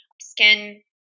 skin